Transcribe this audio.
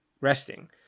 resting